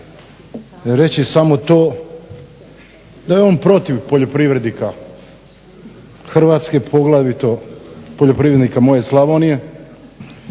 reći samo to da je on protiv poljoprivrednika Hrvatske, poglavito poljoprivrednika moje Slavonije